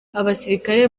abasirikare